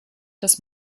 das